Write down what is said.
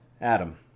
adam